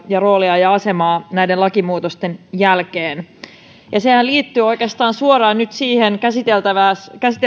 ja rooli ja asema näiden lakimuutosten jälkeen nehän liittyvät oikeastaan suoraan nyt käsiteltävänä